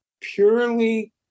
purely